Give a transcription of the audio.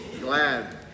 Glad